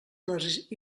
les